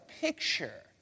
picture